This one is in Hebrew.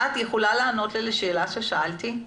את יכולה לענות לשאלה ששאלתי,